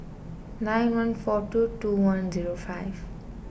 nine one four two two one zero five